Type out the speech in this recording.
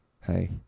hey